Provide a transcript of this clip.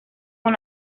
con